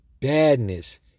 badness